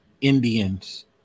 indians